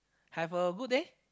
have a good day